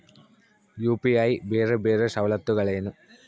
UPI ಬೇರೆ ಬೇರೆ ಸವಲತ್ತುಗಳೇನು?